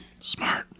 Smart